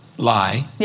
lie